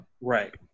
Right